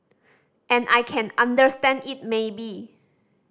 and I can understand it maybe